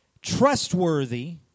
trustworthy